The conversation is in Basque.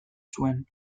zuen